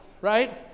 right